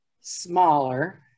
smaller